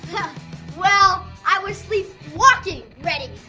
yeah well, i was sleepwalking ready!